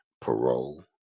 parole